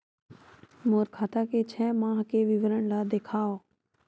मोर खाता के छः माह के विवरण ल दिखाव?